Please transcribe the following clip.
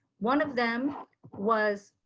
one of them was